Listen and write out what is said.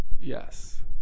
Yes